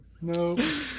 no